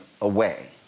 away